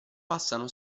passano